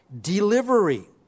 delivery